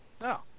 No